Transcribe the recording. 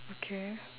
okay